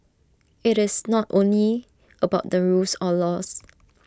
IT is not only about the rules or laws